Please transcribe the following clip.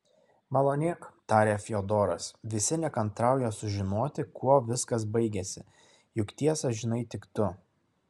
malonėk tarė fiodoras visi nekantrauja sužinoti kuo viskas baigėsi juk tiesą žinai tik tu